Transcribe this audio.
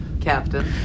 Captain